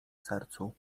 sercu